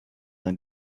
dann